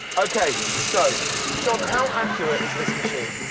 okay. so john, how accurate is this machine?